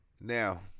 now